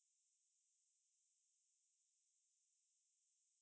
ya that is that 没关系 it's over already